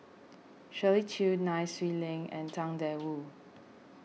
Shirley Chew Nai Swee Leng and Tang Da Wu